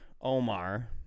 omar